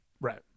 right